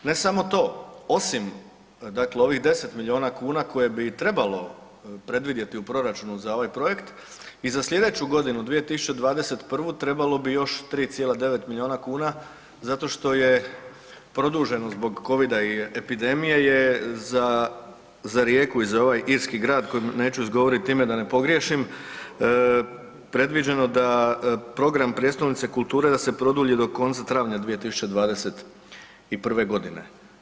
Ne samo tome, osim dakle ovih 10 milijuna kuna koje bi trebalo predvidjeti u proračunu za ovaj projekt i za slijedeću godinu 2021., trebalo bi još 3,9 milijuna kuna zato što je produženo zbog COVID-a i epidemije je za Rijeku i za ovaj irski grad kojem neću izgovorit ime da ne pogriješim, predviđeno za program prijestolnice kulture da se produlji do konca travnja 2021. godine.